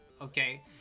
okay